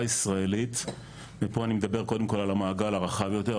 הישראלית ופה אני מדבר קודם כל על המעגל הרחב יותר,